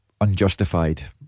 Unjustified